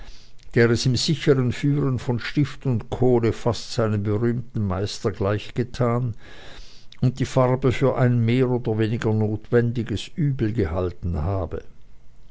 der es im sichern führen von stift und kohle fast seinem berühmten meister gleichgetan und die farbe für ein mehr oder weniger notwendiges übel gehalten habe